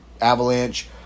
Avalanche